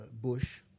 bush